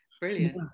Brilliant